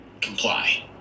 comply